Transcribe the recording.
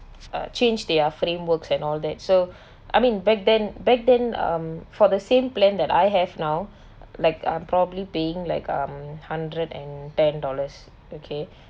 uh change their frameworks and all that so I mean back then back then um for the same plan that I have now like I'm probably paying like um hundred and ten dollars okay